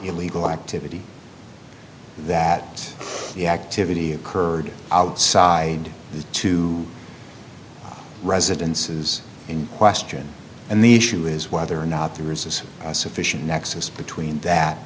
illegal activity that the activity occurred outside the two residences in question and the issue is whether or not there is a sufficient nexus between that